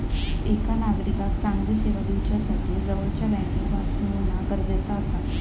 एका नागरिकाक चांगली सेवा दिवच्यासाठी जवळच्या बँकेक वाचवणा गरजेचा आसा